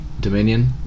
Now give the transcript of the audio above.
Dominion